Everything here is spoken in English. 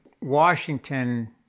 Washington